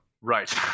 Right